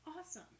Awesome